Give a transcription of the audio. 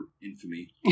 infamy